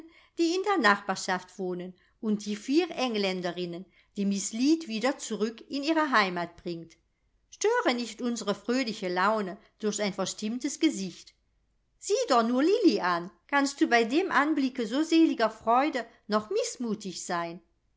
die in der nachbarschaft wohnen und die vier engländerinnen die miß lead wieder zurück in ihre heimat bringt störe nicht unsre fröhliche laune durch ein verstimmtes gesicht sieh doch nur lilli an kannst du bei dem anblicke so seliger freude noch mißmutig sein